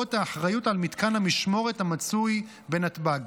לרבות האחריות על מתקן המשמורת המצוי בנתב"ג.